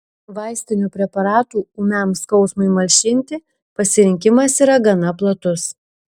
vaistinių preparatų ūmiam skausmui malšinti pasirinkimas yra gana platus